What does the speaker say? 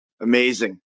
Amazing